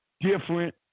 different